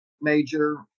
Major